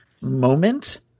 moment